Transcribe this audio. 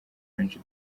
benshi